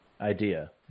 idea